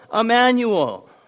Emmanuel